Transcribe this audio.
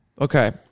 Okay